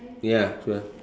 ya sure